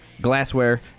glassware